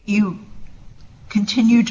you continue to